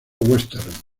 western